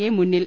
I മുന്നിൽ